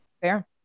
Fair